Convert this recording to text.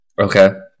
Okay